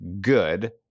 good